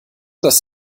das